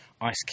ice